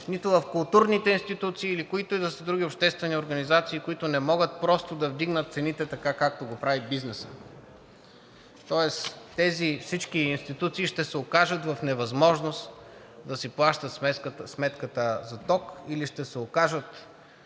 нито в културните институции или които и да са други обществени организации, които не могат просто да вдигнат цените така, както го прави бизнесът. Тоест тези всички институции ще се окажат в невъзможност да си плащат сметката за ток или ще се окажат